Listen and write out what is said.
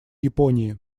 японии